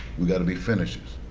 we got to be finishers.